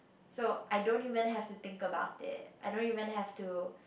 so I don't even have to think about it I don't even have to